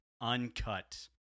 uncut